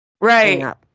Right